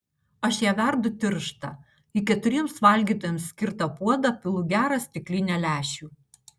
aš ją verdu tirštą į keturiems valgytojams skirtą puodą pilu gerą stiklinę lęšių